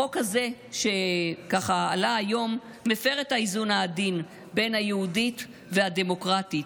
החוק הזה שעלה היום מפר את האיזון העדין בין ה"יהודית" וה"דמוקרטית",